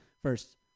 First